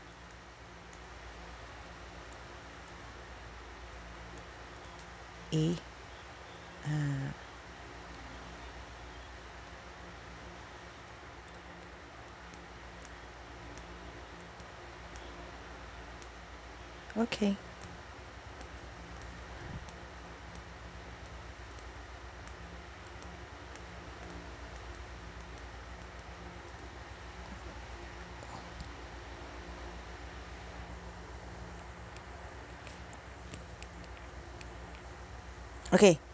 eh ah okay okay